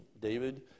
David